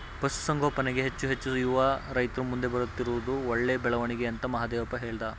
ಪಶುಸಂಗೋಪನೆಗೆ ಹೆಚ್ಚು ಹೆಚ್ಚು ಯುವ ರೈತ್ರು ಮುಂದೆ ಬರುತ್ತಿರುವುದು ಒಳ್ಳೆ ಬೆಳವಣಿಗೆ ಅಂತ ಮಹಾದೇವಪ್ಪ ಹೇಳ್ದ